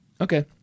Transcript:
Okay